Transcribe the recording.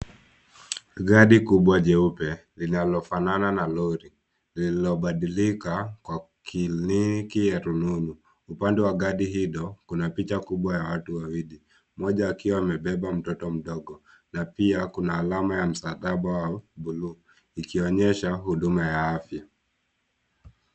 Gari kubwa jeupe linalofanana na lori lililobadilika kuwa kliniki ya rununu. Upande wa gari hilo kuna picha kubwa ya watu wawili; mmoja akiwa amebeba mtoto mdogo na pia kuna alama ya msalaba wa bluu ikionyesha huduma ya afya.